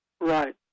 Right